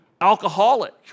alcoholic